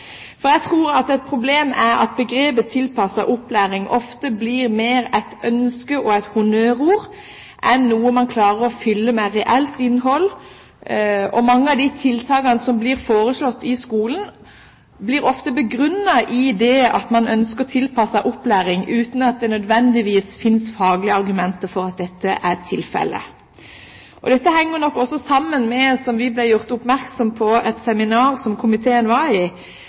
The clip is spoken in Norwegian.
For jeg tror det er et problem at begrepet «tilpasset opplæring» ofte blir mer et ønske og et honnørord enn noe man klarer å fylle med reelt innhold. Mange av de tiltakene som blir foreslått i skolen, blir ofte begrunnet i at man ønsker tilpasset opplæring, uten at det nødvendigvis finnes faglige argumenter for at dette vil skje. Det henger nok også sammen med – som vi ble gjort oppmerksom på i et seminar som komiteen var